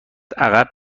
عقب